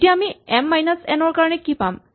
এতিয়া আমি M minus N ৰ কাৰণে কি পাম